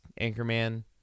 Anchorman